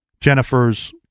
Jennifer's